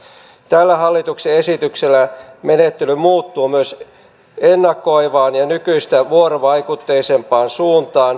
tällä hallituksen esityksellä menettely muuttuu myös ennakoivaan ja nykyistä vuorovaikutteisempaan suuntaan